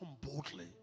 boldly